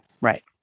Right